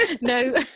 no